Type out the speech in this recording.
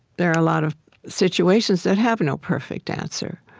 there are a lot of situations that have no perfect answer.